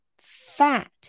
fat